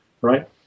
right